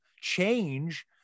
change